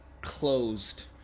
closed